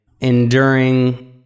enduring